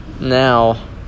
now